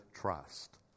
trust